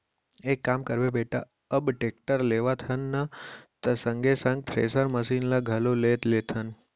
एक काम करबे बेटा अब टेक्टर लेवत हन त संगे संग थेरेसर मसीन ल घलौ ले लेथन